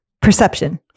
Perception